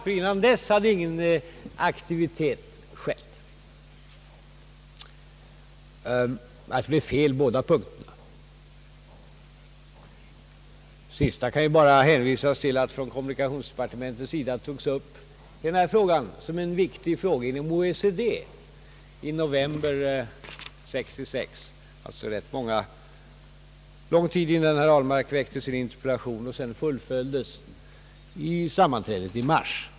Dessförinnan hade, påstod herr Ahlmark, ingen aktivitet skett på detta område. Båda hans påståenden är felaktiga. Beträffande det sista kan jag bara hänvisa till att frågan från kommunikationsdepartementets sida togs upp inom OECD i november 1966, d. v. s. ganska lång tid innan herr Ahlmark väckte sin interpellation, och denna aktion fullföljdes sedan vid sammanträdet i mars.